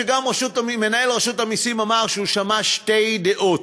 גם מנהל רשות המסים אמר שהוא שמע שתי דעות,